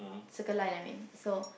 Circle Line I mean